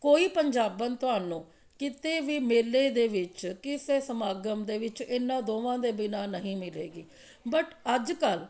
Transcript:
ਕੋਈ ਪੰਜਾਬਣ ਤੁਹਾਨੂੰ ਕਿਤੇ ਵੀ ਮੇਲੇ ਦੇ ਵਿੱਚ ਕਿਸੇ ਸਮਾਗਮ ਦੇ ਵਿੱਚ ਇਨ੍ਹਾਂ ਦੋਵਾਂ ਦੇ ਬਿਨਾਂ ਨਹੀਂ ਮਿਲੇਗੀ ਬਟ ਅੱਜ ਕੱਲ੍ਹ